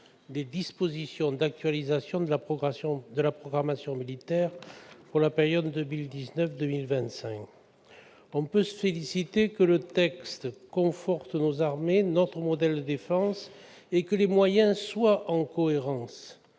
des dispositions d'actualisation de la programmation militaire pour la période 2019-2025. On peut se féliciter que le texte conforte nos armées, notre modèle de défense, et que les moyens soient en cohérence